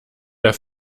der